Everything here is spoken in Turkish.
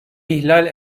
ihlal